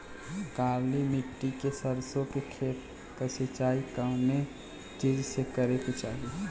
काली मिट्टी के सरसों के खेत क सिंचाई कवने चीज़से करेके चाही?